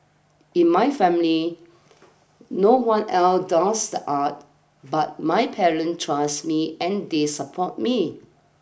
in my family no one else does the art but my parents trust me and they support me